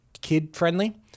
kid-friendly